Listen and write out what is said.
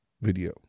video